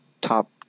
top